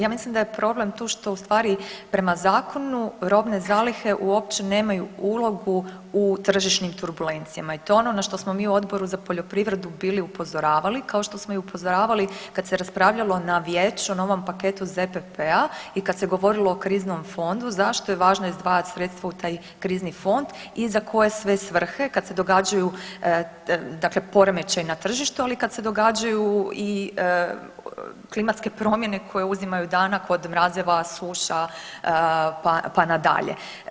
Ja mislim da je tu problem što u stvari prema zakonu robne zalihe uopće nemaju ulogu u tržišnim turbulencijama i to je ono na što smo mi u Odboru za poljoprivredu bili upozoravali, kao što smo i upozoravali kad se raspravljalo na Vijeću, na ovom paketu ZPP-a i kad se govorilo o kriznom fondu zašto je važno izdvajati sredstva u taj krizni fond i za koje sve svrhe kad se događaju, dakle poremećaji na tržištu ali i kad se događaju i klimatske promjene koje uzimaju danak od mrazeva, suša pa na dalje.